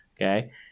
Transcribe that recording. okay